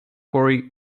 quarry